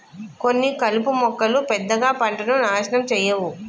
కొన్ని కలుపు మొక్కలు పెద్దగా పంటను నాశనం చేయవు